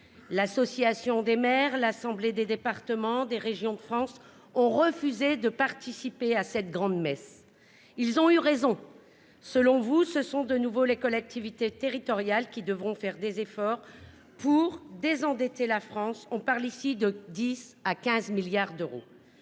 d'intercommunalité (AMF), l'Assemblée des départements de France (ADF) et Régions de France ont refusé de participer à cette grand-messe. Ils ont eu raison : selon vous, ce sont de nouveau les collectivités territoriales qui devront faire des efforts pour désendetter la France ; on parle ici de 10 milliards d'euros